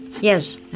Yes